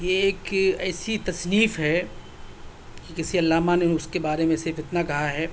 یہ ایک ایسی تصنیف ہے کہ کسی علامہ نے اُس کے بارے میں صرف اتنا کہا ہے